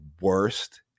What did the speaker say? worst